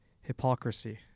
hypocrisy